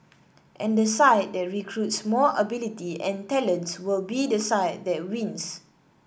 and the side that recruits more ability and talents will be the side that wins